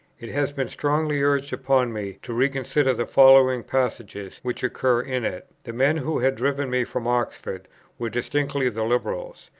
it has been strongly urged upon me to re-consider the following passages which occur in it the men who had driven me from oxford were distinctly the liberals,